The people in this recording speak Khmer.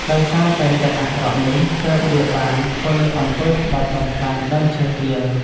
ដោយសារតែចិត្តអាក្រក់នេះ ទើបវាបានធ្វើអំពើក្បត់បំផ្លាញដើមឈើទាល។